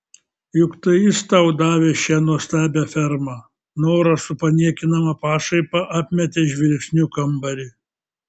juk tai jis tau davė šią nuostabią fermą nora su paniekinama pašaipa apmetė žvilgsniu kambarį